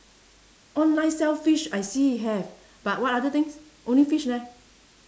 online sell fish I see have but what other things only fish leh